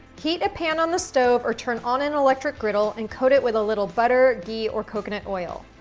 heat a pan on the stove or turn on an electric griddle and coat it with a little butter, ghee, or coconut oil,